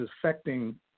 affecting